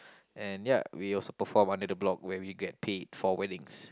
and yup we also perform under the block where we get paid for weddings